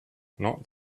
not